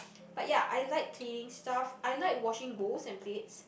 but ya I like cleaning stuff I like washing bowls and plates